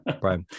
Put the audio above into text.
Right